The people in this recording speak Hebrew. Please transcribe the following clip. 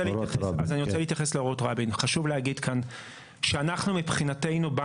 נימום הנדרש ולבוא ולהראות שבאמת הן